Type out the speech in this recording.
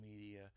media